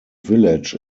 village